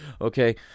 okay